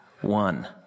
one